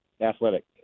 Athletic